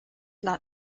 not